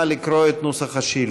נא לקרוא את נוסח השאילתה.